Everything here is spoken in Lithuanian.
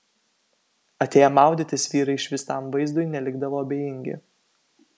atėję maudytis vyrai išvystam vaizdui nelikdavo abejingi